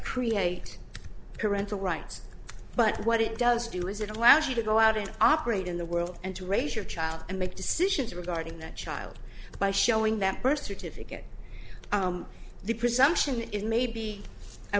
create parental rights but what it does do is it allows you to go out and operate in the world and to raise your child and make decisions regarding that child by showing that burst or to fit the presumption is maybe a